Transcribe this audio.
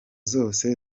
zose